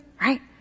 Right